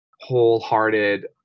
wholehearted